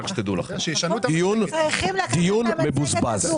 זה דיון מבוזבז.